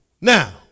Now